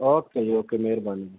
okay ਜੀ okay ਮਿਹਰਬਾਨੀ